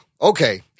Okay